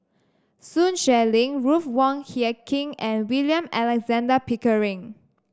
Sun Xueling Ruth Wong Hie King and William Alexander Pickering